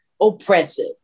oppressive